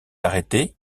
arrêté